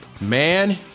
Man